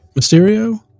Mysterio